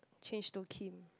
change to Kim